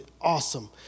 awesome